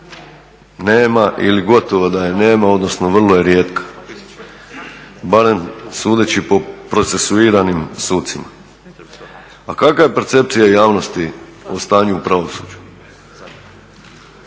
nema ili gotovo da je nema, odnosno vrlo je rijetka. Barem sudeći po procesuiranim sucima. A kakva je percepcija javnosti o stanju u pravosuđu?